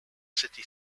city